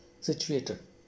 situated